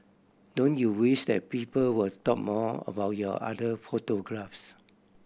don't you wish that people would talk more about your other photographs